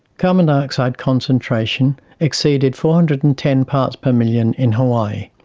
carbon dioxide concentration exceeded four hundred and ten parts per million in hawaii,